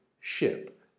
ship